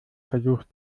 versucht